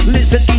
Listen